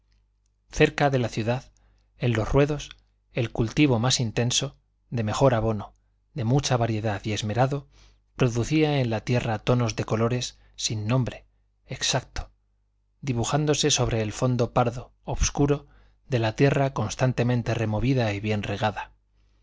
cerca de la ciudad en los ruedos el cultivo más intenso de mejor abono de mucha variedad y esmerado producía en la tierra tonos de colores sin nombre exacto dibujándose sobre el fondo pardo obscuro de la tierra constantemente removida y bien regada